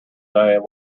day